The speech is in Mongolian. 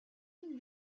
энэ